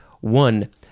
One